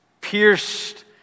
Pierced